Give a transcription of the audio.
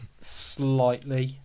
slightly